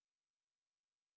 wait ah wait ah wait ah